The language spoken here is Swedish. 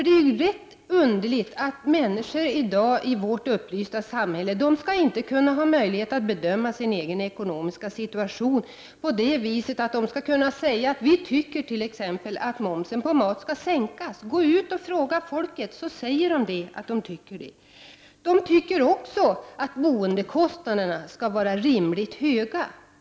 Det är rätt underligt att människor i dagens upplysta samhälle inte skall ha möjlighet att bedöma sin egen ekonomiska situation. Människor måste faktiskt få ge uttryck för vad de tycker, t.ex. att momsen på mat skall sänkas. Det är också vad ni får höra om ni frågar människor vad de anser. Vidare tycker människor att boendekostnaderna skall vara rimliga.